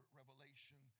revelation